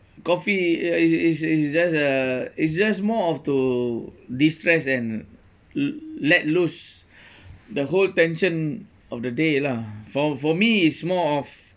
coffee it is is just uh it's just more of to de-stress and le~ let loose the whole tension of the day lah for for me is more of